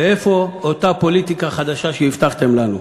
ואיפה אותה פוליטיקה חדשה שהבטחתם לנו?